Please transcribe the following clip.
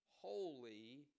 holy